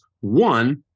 one